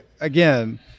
again